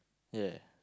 ya